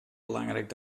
belangrijk